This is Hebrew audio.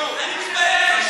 אני מתבייש.